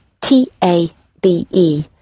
T-A-B-E